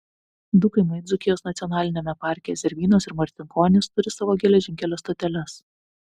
du kaimai dzūkijos nacionaliniame parke zervynos ir marcinkonys turi savo geležinkelio stoteles